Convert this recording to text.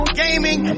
gaming